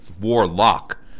warlock